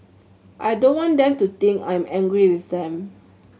I don't want them to think I'm angry with them